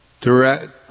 direct